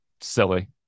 silly